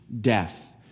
death